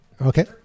okay